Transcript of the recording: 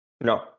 No